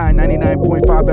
99.5